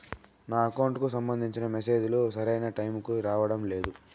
నా అకౌంట్ కు సంబంధించిన మెసేజ్ లు సరైన టైము కి రావడం లేదు